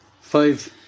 five